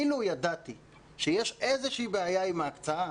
אילו ידעתי שיש איזושהי בעיה עם ההקצאה,